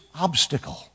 obstacle